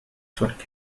sonic